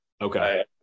Okay